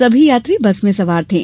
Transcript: सभी यात्री बस में सवार थे